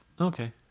Okay